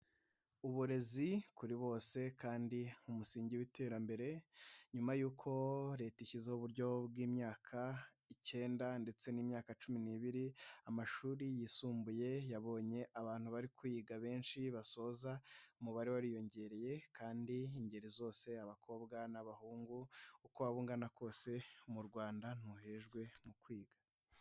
Uburezi kuri bose kandi umusingi w'iterambere, nyuma y'uko leta ishyiho uburyo bw'imyaka icyenda ndetse n'imyaka cumi n'ibiri, amashuri yisumbuye yabonye abantu bari kwiga benshi basoza, umubare wariyongereye kandi ingeri zose abakobwa n'abahungu, uko waba ungana kose mu Rwanda, ntuhejwe mu kwiga.